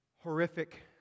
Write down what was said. horrific